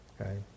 Okay